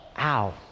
Ow